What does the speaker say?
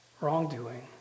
wrongdoing